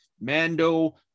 Mando